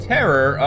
Terror